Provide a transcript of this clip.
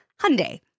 Hyundai